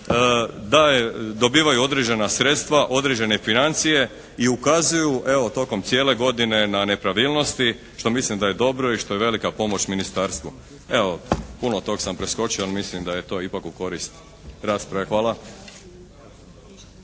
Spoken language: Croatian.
dalje dobivaju određena sredstva, određene financije i ukazuju evo tokom cijele godine na nepravilnosti što mislim da je dobro i što je velika pomoć ministarstvu. Evo, puno tog sam preskočio, ali mislim da je to ipak u korist rasprave. Hvala.